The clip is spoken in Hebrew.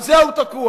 על זה הוא תקוע.